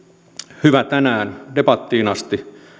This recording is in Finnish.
hyvä tänään debattiin asti